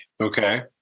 Okay